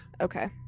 Okay